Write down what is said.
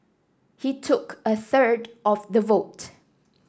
he took a third of the vote